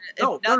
no